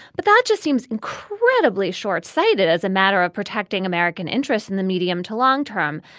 but that just seems incredibly short sighted as a matter of protecting american interests in the medium to long term.